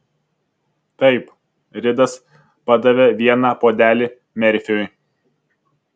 taip ridas padavė vieną puodelį merfiui